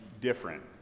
different